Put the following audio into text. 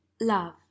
Love